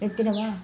எடுத்துடவா